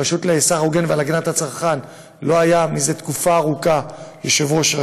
ברשות לסחר הוגן ולהגנת הצרכנות לא היה זה תקופה ארוכה יושב-ראש,